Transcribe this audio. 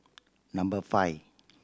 number five